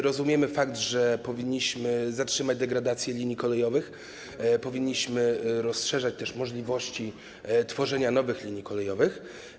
Rozumiemy fakt, że powinniśmy zatrzymać degradację linii kolejowych, powinniśmy rozszerzać też możliwości tworzenia nowych linii kolejowych.